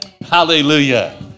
Hallelujah